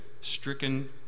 stricken